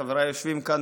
חבריי יושבים כאן